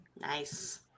nice